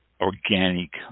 organic